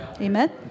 Amen